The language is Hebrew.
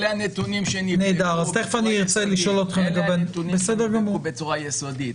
אלה הנתונים שנבדקו בצורה יסודית.